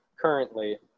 currently